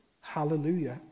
Hallelujah